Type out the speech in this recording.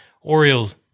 Orioles